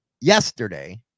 yesterday